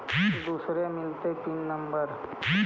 दुसरे मिलतै pin number?